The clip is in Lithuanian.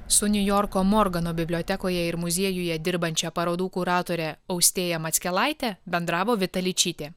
su niujorko morgano bibliotekoje ir muziejuje dirbančia parodų kuratore austėja mackelaite bendravo vita ličytė